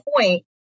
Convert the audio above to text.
point